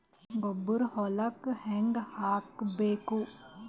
ಗೊಬ್ಬರ ಹೊಲಕ್ಕ ಹಂಗ್ ಹಾಕಬೇಕು?